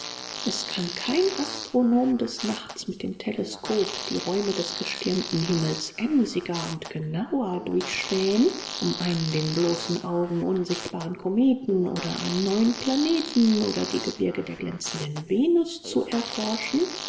es kann kein astronom des nachts mit dem teleskop die räume des gestirnten himmels emsiger und genauer durchspähen um einen den bloßen augen unsichtbaren kometen oder einen neuen planeten oder die gebirge der glänzenden venus zu erforschen